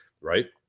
right